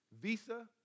Visa